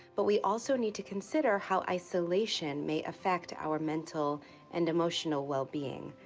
but we also need to consider how isolation may affect our mental and emotional well-being.